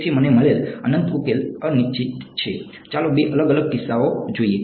તેથી મને મળેલ અનંત ઉકેલ અનિશ્ચિત છે ચાલો બે અલગ અલગ કિસ્સાઓ જોઈએ